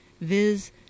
viz